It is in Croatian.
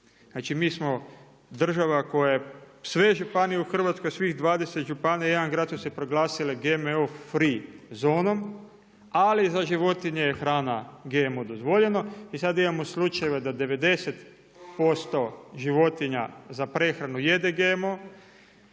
Znači, mi smo država koja je sve županije u Hrvatskoj, svih 20 županija jedan grad su se proglasile GMO free zonom, ali za životinje je hrana GMO dozvoljeno. I sad imamo slučajeve da 90% životinja za prehranu jede GMO,